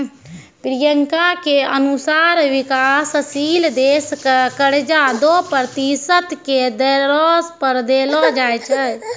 प्रियंका के अनुसार विकाशशील देश क कर्जा दो प्रतिशत के दरो पर देलो जाय छै